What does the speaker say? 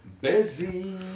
busy